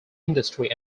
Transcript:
industry